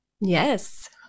Yes